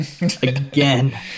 again